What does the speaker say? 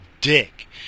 dick